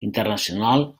internacional